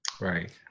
Right